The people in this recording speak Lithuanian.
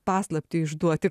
paslaptį išduoti